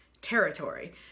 territory